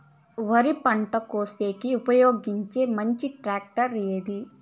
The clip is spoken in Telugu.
వరి పంట కోసేకి ఉపయోగించే మంచి టాక్టర్ ఏది?